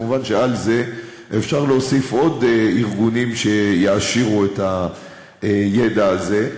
מובן שעל זה אפשר להוסיף עוד ארגונים שיעשירו את הידע הזה,